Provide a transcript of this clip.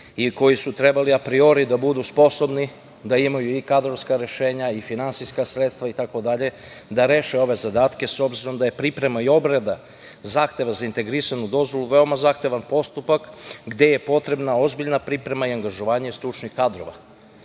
i koji su trebali apriori da budu sposobni da imaju i kadrovska rešenja, finansijska sredstva itd. da reše ove zadatke, s obzirom da su priprema i obrada zahteva za integrisanu dozvolu veoma zahtevan postupak gde je potrebna ozbiljna priprema i angažovanje stručnih kadrova.